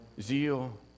zeal